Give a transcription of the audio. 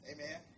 Amen